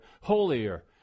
holier